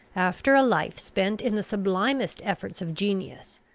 after a life spent in the sublimest efforts of genius,